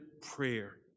prayer